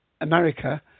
America